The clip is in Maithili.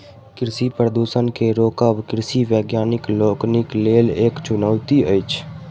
कृषि प्रदूषण के रोकब कृषि वैज्ञानिक लोकनिक लेल एक चुनौती अछि